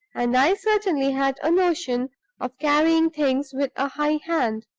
and i certainly had a notion of carrying things with a high hand.